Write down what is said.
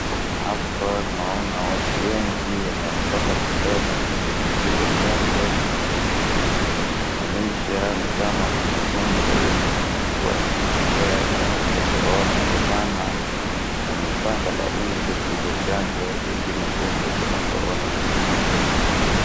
Hapa tunaona watu wengi wenye wamepanga foleni ili kupigwa chanjo kumanisha kulikuwa na ugonjwa yenye ilikuwa inaendelea kama vile korona ndio maana wamepanga laini kupigwa chanjo ili magonjwa kama korona zizieze kuwashika.